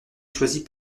choisis